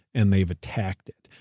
and they've attacked it,